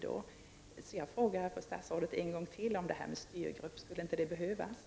Jag frågar därför fru statsrådet en gång till: Skulle det inte behövas någon form av styrgrupp?